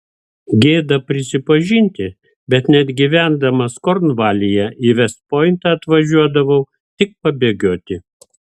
gėda prisipažinti bet net gyvendamas kornvalyje į vest pointą atvažiuodavau tik pabėgioti